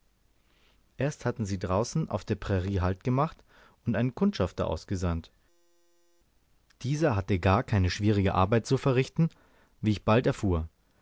erst hatten sie draußen auf der prairie halt gemacht und einen kundschafter ausgesandt dieser hatte gar keine schwierige arbeit zu verrichten wie ich bald erfuhr